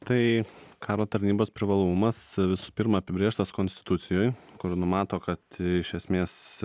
tai karo tarnybos privalomumas visų pirma apibrėžtas konstitucijoj kur numato kad iš esmės